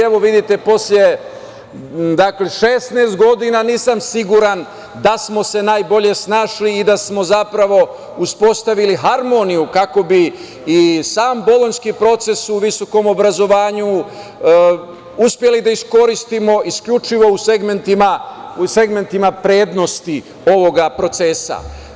Evo vidite, posle 16 godina, nisam siguran da smo se najbolje snašli i da smo zapravo uspostavili harmoniju, kako bi i sam Bolonjski proces u visokom obrazovanju uspeli da iskoristimo isključivo u segmentima prednosti ovog procesa.